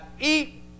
eat